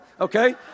okay